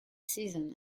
season